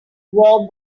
war